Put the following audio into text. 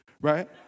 Right